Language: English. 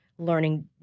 learning